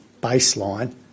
baseline